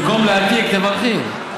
ואז, במקום להעתיק, תברכי.